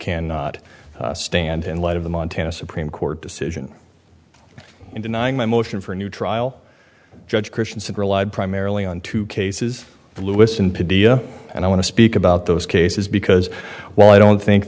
cannot stand in light of the montana supreme court decision in denying my motion for new trial judge christiansen relied primarily on two cases listen to dia and i want to speak about those cases because while i don't think